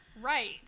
Right